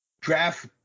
draft